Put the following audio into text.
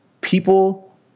people